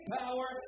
power